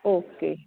okay